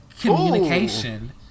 communication